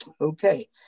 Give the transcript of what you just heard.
okay